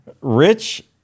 Rich